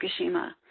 Fukushima